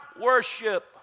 worship